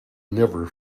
never